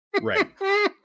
Right